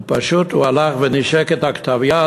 הוא פשוט הלך ונישק את כתב היד,